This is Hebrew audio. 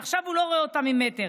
ועכשיו הוא לא רואה אותם ממטר.